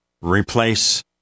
replace